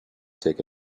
take